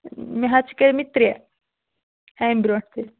مےٚ حظ چھِ کٔرۍمٕتۍ ترٛےٚ اَمہِ برٛونٛٹھ تہِ